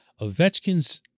Ovechkin's